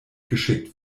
geschickt